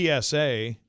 PSA